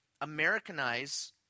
Americanize